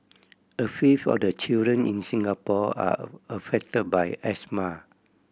a fifth of the children in Singapore are affected by asthma